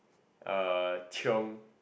uh chiong